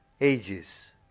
ages